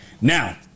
Now